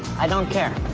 i don't care.